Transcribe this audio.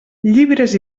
llibres